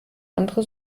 andere